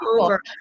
over